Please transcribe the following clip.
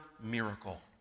miracle